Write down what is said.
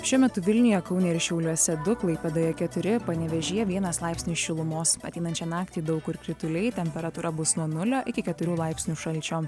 šiuo metu vilniuje kaune ir šiauliuose du klaipėdoje keturi panevėžyje vienas laipsnis šilumos ateinančią naktį daug kur krituliai temperatūra bus nuo nulio iki keturių laipsnių šalčio